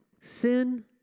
Sin